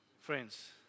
friends